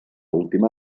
última